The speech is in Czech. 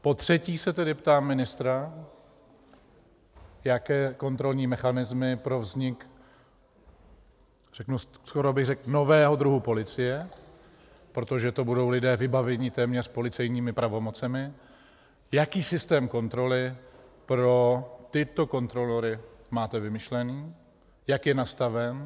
Potřetí se tedy ptám ministra, jaké kontrolní mechanismy pro vznik skoro bych řekl nového druhu policie, protože to budou lidé vybavení téměř policejními pravomocemi, jaký systém kontroly pro tyto kontrolory máte vymyšlen, jak je nastaven.